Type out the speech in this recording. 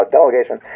delegation